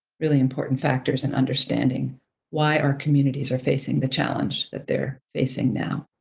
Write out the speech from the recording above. really important factors in understanding why our communities are facing the challenge that they're facing now.